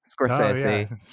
scorsese